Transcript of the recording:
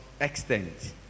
extent